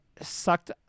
Sucked